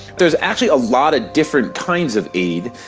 there is actually a lot of different kinds of aid,